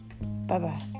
Bye-bye